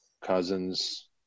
Cousins